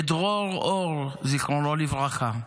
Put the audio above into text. את דרור אור, זיכרונו לברכה,